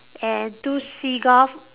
and two seagull